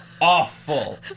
awful